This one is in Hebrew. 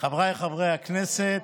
חבריי חברי הכנסת,